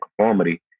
conformity